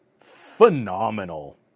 phenomenal